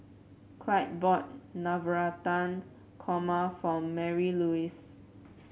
Clyde bought Navratan Korma for Marylouise